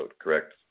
correct